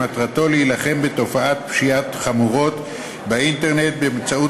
שמטרתו להילחם בתופעות פשיעה חמורות באינטרנט באמצעות